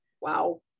Wow